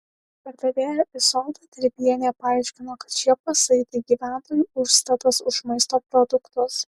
pardavėja izolda tribienė paaiškino kad šie pasai tai gyventojų užstatas už maisto produktus